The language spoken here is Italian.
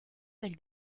del